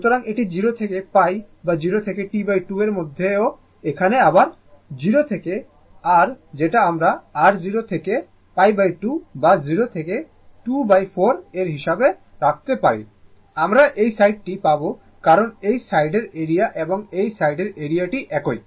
সুতরাং এটি 0 থেকে π বা 0 থেকে T2 এর মধ্যে ও এখানে আবার 0 থেকে r যেটা আমরা r 0 থেকে π 2 বা 0 থেকে 2 4 এর হিসাবে রাখতে পারি আমরা এই সাইড টি পাব কারণ এই সাইড এরিয়া এবং এই সাইড এরিয়াটি একই